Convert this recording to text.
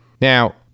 Now